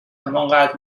همانقدر